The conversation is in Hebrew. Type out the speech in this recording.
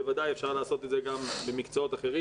ובוודאי אפשר לעשות את זה גם במקצועות אחרים.